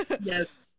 Yes